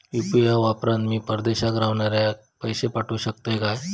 UPI वापरान मी परदेशाक रव्हनाऱ्याक पैशे पाठवु शकतय काय?